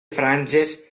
franges